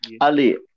Ali